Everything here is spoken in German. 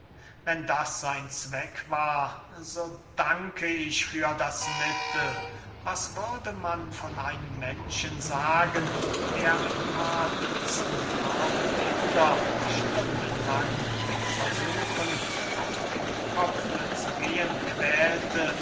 wenn das sein zweck war so danke ich für das mittel was würde man von einem menschen sagen der ein paar dutzend arme kinder stundenlang mit versuchen auf dem kopfe zu gehen quälte